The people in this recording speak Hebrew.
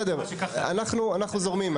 בסדר, אנחנו זורמים.